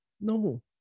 no